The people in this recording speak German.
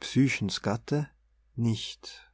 psychens gatte nicht